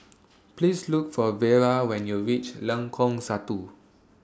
Please Look For Vera when YOU REACH Lengkong Satu